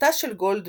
חברתה של גולדברג,